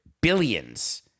billions